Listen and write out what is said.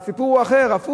הסיפור הוא אחר, הפוך,